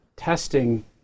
testing